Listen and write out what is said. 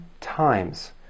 times